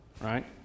right